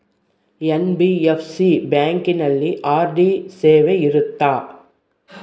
NBFC ಬ್ಯಾಂಕಿನಲ್ಲಿ RD ಸೇವೆ ಇರುತ್ತಾ?